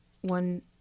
One